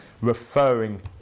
referring